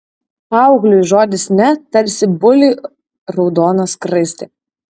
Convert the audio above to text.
paaugliui žodis ne tarsi buliui raudona skraistė